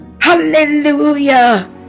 Hallelujah